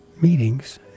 Meetings